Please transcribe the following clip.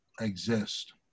exist